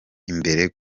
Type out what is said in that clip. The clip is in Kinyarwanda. imbere